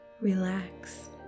relax